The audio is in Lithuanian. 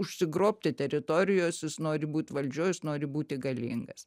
užsigrobti teritorijos jis nori būt valdžioj nori būti galingas